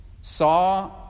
saw